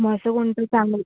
मग असं कोणते चांगलं